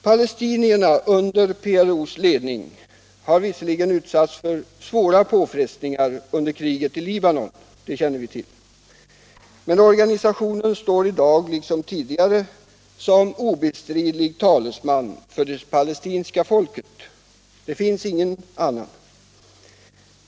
Palestinierna under PLO:s ledning har visserligen utsatts för svåra påfrestningar under kriget i Libanon — det känner vi till — men organisationen står i dag liksom tidigare som obestridlig talesman för det palestinska folket — det finns ingen annan.